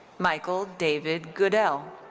michael david goodell.